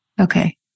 Okay